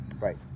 Right